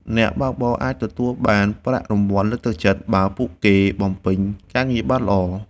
អ្នកបើកបរអាចទទួលបានប្រាក់រង្វាន់លើកទឹកចិត្ត បើពួកគេបំពេញការងារបានល្អ។